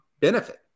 benefit